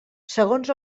segons